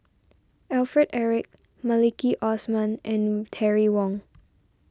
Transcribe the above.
Alfred Eric Maliki Osman and Terry Wong